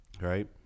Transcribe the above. right